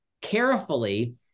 carefully